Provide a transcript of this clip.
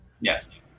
Yes